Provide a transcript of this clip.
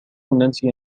نانسي